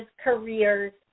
careers